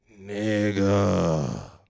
Nigga